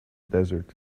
desert